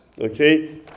Okay